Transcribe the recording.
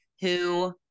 who-